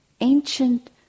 ancient